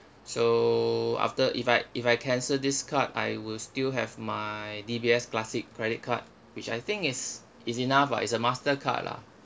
so after if I if I cancel this card I will still have my D_B_S classic credit card which I think is is enough ah it's a mastercard lah